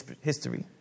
history